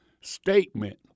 statement